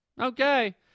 Okay